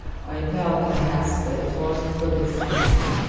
or impelled, perhaps, by the force of public sentiment,